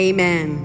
Amen